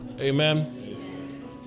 Amen